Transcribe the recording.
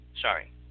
Sorry